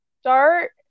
start